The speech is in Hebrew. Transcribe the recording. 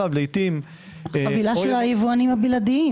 החבילה של היבואנים הבלעדיים.